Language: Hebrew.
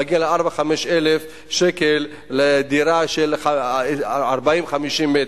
שמגיע ל-4,000 5,000 שקל לדירה של 40 50 מטר.